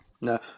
No